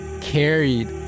carried